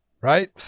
Right